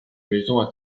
maison